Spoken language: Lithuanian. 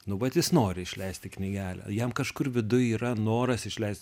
nu vat jis nori išleisti knygelę jam kažkur viduj yra noras išleisti